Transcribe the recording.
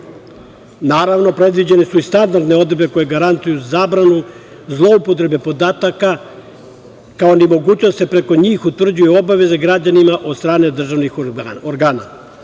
predviđene su i standardne odredbe koje garantuju zabranu zloupotrebe podataka kao i mogućnost da se preko njih utvrđuju obaveze građanima od strane državnih organa.